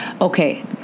Okay